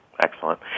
Excellent